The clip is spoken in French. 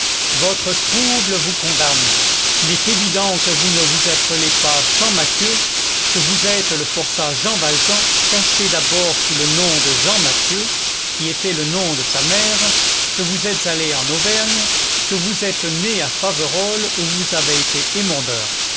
votre trouble vous condamne il est évident que vous ne vous appelez pas champmathieu que vous êtes le forçat jean valjean caché d'abord sous le nom de jean mathieu qui était le nom de sa mère que vous êtes allé en auvergne que vous êtes né à faverolles où vous avez été émondeur